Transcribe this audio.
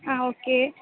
ஆ okay